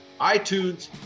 iTunes